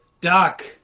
Doc